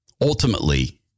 ultimately